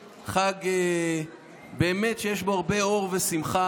חג שיש בו באמת הרבה אור ושמחה,